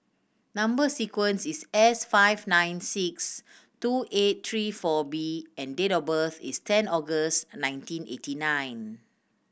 number sequence is S five nine six two eight three four B and date of birth is ten August nineteen eighty nine